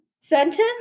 sentence